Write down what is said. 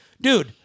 Dude